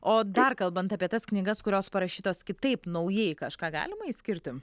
o dar kalbant apie tas knygas kurios parašytos kitaip naujai kažką galima išskirti